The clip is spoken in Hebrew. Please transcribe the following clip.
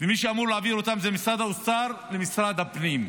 ומי שאמור להעביר אותם הוא משרד האוצר ומשרד הפנים.